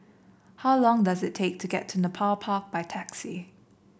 how long does it take to get to Nepal Park by taxi